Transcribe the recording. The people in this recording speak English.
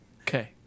Okay